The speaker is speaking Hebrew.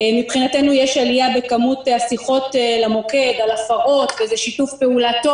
מבחינתנו יש עליה בכמות השיחות למוקד וזה שיתוף פעולה טוב.